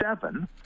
seven